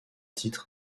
titre